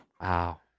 Wow